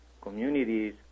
communities